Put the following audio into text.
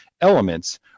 elements